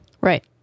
Right